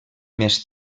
més